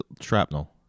shrapnel